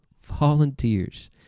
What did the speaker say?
volunteers